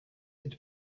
had